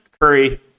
Curry